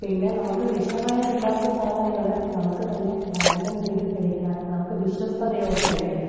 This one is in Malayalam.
പിന്നെ നമുക്ക് വിഷമയമില്ലാത്ത സാധനങ്ങൾ നമുക്ക് തന്നെ പാചകം ചെയ്ത് തന്നെ കഴിക്കാം നമുക്ക് വിശ്വസ്തതയോടെ കഴിക്കാം